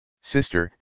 Sister